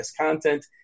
content